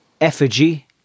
effigy